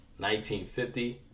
1950